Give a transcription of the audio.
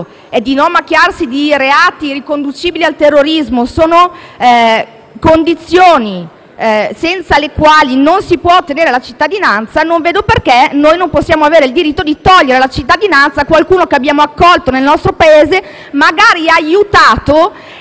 e di non macchiarsi di reati riconducibili al terrorismo sono condizioni senza le quali non si può ottenere la cittadinanza, non vedo perché non possiamo avere il diritto di togliere la cittadinanza a una persona che abbiamo accolto nel nostro Paese, magari aiutato,